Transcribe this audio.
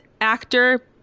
actor